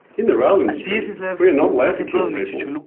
in the rail industry we are not allowed to kill people,